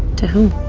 to whom?